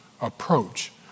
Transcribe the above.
approach